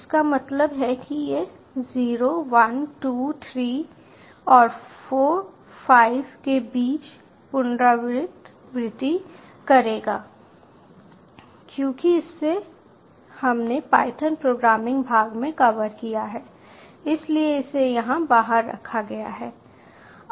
इसका मतलब है कि यह 0 1 2 3 और 4 5 के बीच पुनरावृति करेगा क्योंकि इसे हमने पायथन प्रोग्रामिंग भाग में कवर किया है इसलिए इसे यहां बाहर रखा गया है